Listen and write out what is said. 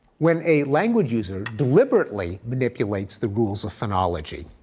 when a language user deliberately manipulates the rules of phonology,